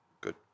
good